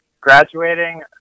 graduating